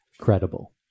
credible